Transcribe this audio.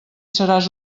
seràs